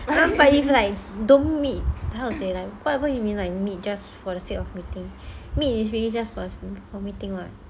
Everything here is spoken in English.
but if like don't meet how to say [what] you mean like meet just for the sake of meeting meet is really just for the sake of meeting [what]